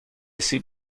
سیب